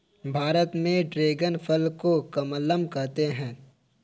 भारत में ड्रेगन फल को कमलम कहते है